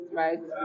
right